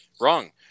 Wrong